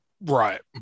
right